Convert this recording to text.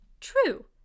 True